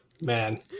man